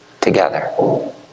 together